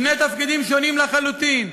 שני תפקידים שונים לחלוטין.